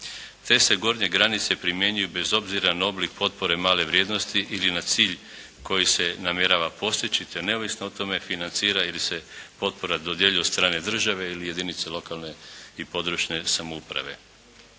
Te se gornje granice primjenjuju bez obzira na potpore male vrijednosti ili na cilj koji se namjerava postići te neovisno o tome financira ili se potpora dodjeljuje od strane države ili jedinice lokalne ili područne samouprave.